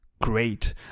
great